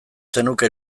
zenuke